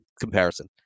comparison